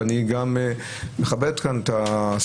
ואני גם מכבד את השרה,